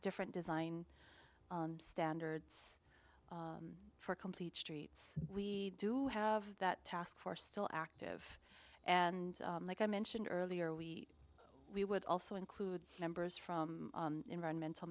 different design standards for complete streets we do have that task force still active and like i mentioned earlier we we would also include members from environmental